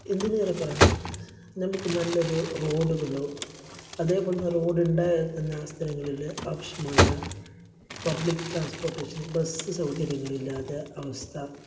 എന്തിനേറെ പറയണം നമുക്ക് നല്ലൊരു റോഡുകളോ അതേപോലെ തന്നെ റോഡുണ്ടായാൽ തന്നെ ആ സ്ഥലങ്ങളില് ആവശ്യമായ പബ്ലിക് ട്രാൻസ്പോർട്ടേഷൻ ബസ്സ് സൗകര്യങ്ങളില്ലാതെ അവസ്ഥ